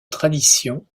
tradition